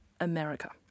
America